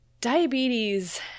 Diabetes